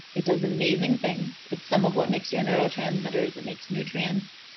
it does amazing things. it's some of what makes your neurotransmitters. it makes nutrients,